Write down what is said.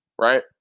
right